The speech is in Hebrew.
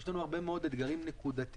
יש לנו הרבה מאוד אתגרים נקודתיים